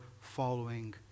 following